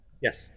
Yes